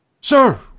Sir